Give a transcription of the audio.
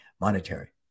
monetary